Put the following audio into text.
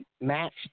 match